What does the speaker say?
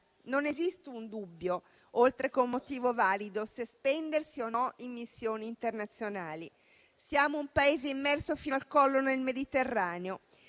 Non esiste un dubbio, oltre che un motivo valido, se spendersi o meno, in missioni internazionali. Siamo un Paese immerso fino al collo nel Mediterraneo,